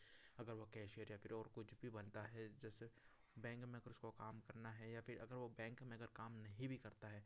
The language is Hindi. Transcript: अगर वह केशियर या फिर और कुछ भी बनता है जैसे बैंक में उसको काम करना है या फिर अगर वह बैंक में अगर काम नहीं भी करता है